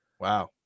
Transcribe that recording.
Wow